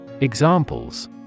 Examples